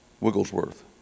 Wigglesworth